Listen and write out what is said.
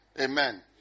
Amen